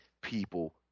people